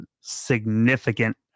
significant